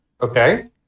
Okay